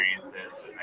experiences